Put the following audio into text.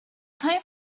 played